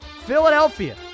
Philadelphia